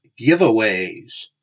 giveaways